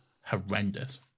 horrendous